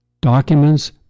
Documents